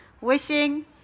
wishing